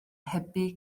hybu